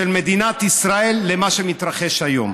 של מדינת ישראל למה שמתרחש היום.